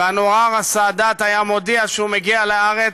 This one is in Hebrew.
ואנואר א-סאדאת היה מודיע שהוא מגיע לארץ,